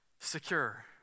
secure